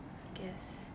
I guess